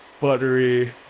buttery